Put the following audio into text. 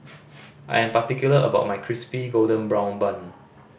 I am particular about my Crispy Golden Brown Bun